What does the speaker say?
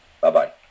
Bye-bye